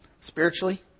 spiritually